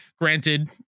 granted